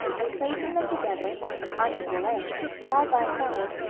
and placing them together, of unequal lengths, side by side,